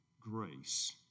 grace